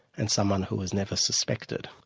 and someone who was never suspected.